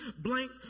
blank